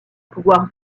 pouvoir